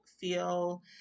feel